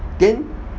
then